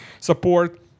support